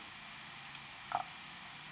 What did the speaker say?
ah